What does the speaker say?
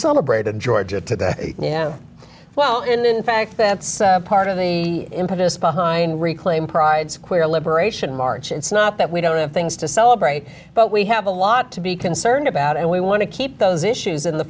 celebrate in georgia today yeah well and in fact that's part of the impetus behind reclaim pride square liberation march it's not that we don't have things to celebrate but we have a lot to be concerned about and we want to keep those issues in the